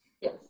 Yes